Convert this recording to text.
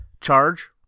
Charge